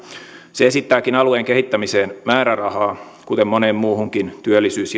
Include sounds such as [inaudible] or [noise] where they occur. se esittääkin alueen kehittämiseen määrärahaa kuten moneen muuhunkin työllisyys [unintelligible]